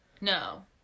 No